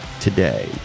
today